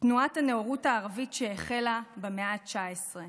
תנועת הנאורות הערבית, שהחלה במאה ה-19.